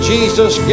Jesus